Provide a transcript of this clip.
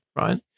right